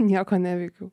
nieko neveikiau